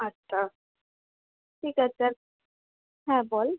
আচ্ছা ঠিক আছে আর হ্যাঁ বল